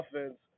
offense